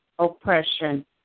Oppression